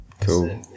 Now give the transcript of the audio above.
Cool